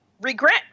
regret